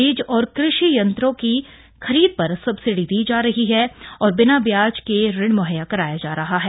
बीज और कृषि यन्त्रों की खरीद पर सब्सिडी दी जा रही है और बिना ब्याज के ऋण मुहैया कराया जा रहा है